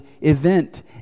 event